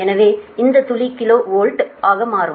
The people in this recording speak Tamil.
எனவே இந்த துளி கிலோ வோல்ட் ஆக மாறும்